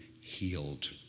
healed